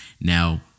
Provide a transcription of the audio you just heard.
Now